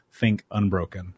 thinkunbroken